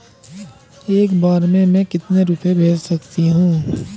एक बार में मैं कितने रुपये भेज सकती हूँ?